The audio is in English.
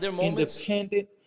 independent